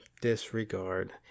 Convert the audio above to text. disregard